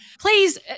please